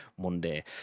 Monday